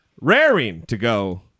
raring-to-go